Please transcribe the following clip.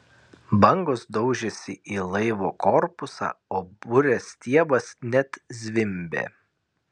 bangos daužėsi į laivo korpusą o burės stiebas net zvimbė